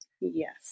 Yes